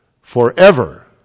forever